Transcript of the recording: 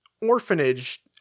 orphanage